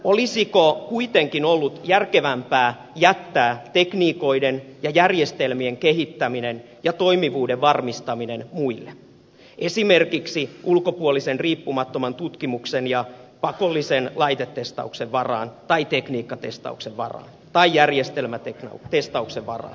olisiko kuitenkin ollut järkevämpää jättää tekniikoiden ja järjestelmien kehittäminen ja toimivuuden varmistaminen muille esimerkiksi ulkopuolisen riippumattoman tutkimuksen ja pakollisen laitetestauksen varaan tai tekniikkatestauksen varaan tai järjestelmätestauksen varaan